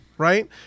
right